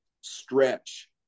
stretch